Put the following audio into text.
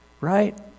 right